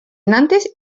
nantes